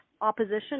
opposition